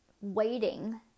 waiting